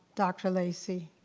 dr. lacey,